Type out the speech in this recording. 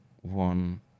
one